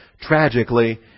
tragically